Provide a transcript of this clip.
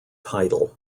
title